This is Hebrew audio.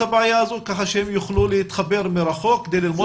הבעיה הזאת שיוכלו להתחבר מרחוק וללמוד מרחוק?